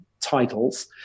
titles